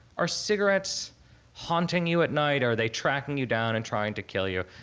are cigarettes haunting you at night? are they tracking you down and trying to kill you?